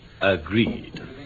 Agreed